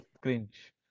Cringe